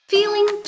Feeling